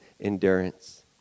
endurance